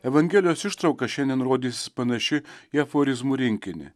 evangelijos ištrauka šiandien rodės panaši į aforizmų rinkinį